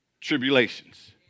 tribulations